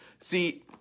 See